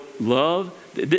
love